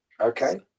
okay